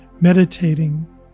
meditating